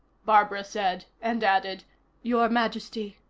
barbara said, and added your majesty,